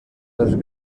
dels